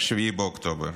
ב-7 באוקטובר.